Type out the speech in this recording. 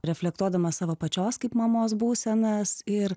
reflektuodama savo pačios kaip mamos būsenas ir